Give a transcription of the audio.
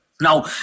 Now